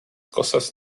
cosas